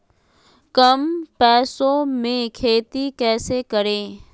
कम पैसों में खेती कैसे करें?